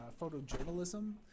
photojournalism